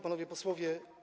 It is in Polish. Panowie Posłowie!